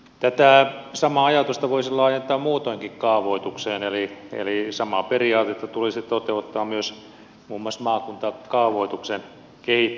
tätä samaa ajatusta voisi laajentaa muutoinkin kaavoitukseen eli samaa periaatetta tulisi toteuttaa myös muun muassa maakuntakaavoituksen kehittämisessä